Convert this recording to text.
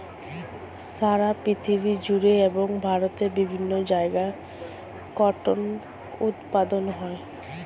সারা পৃথিবী জুড়ে এবং ভারতের বিভিন্ন জায়গায় কটন উৎপাদন হয়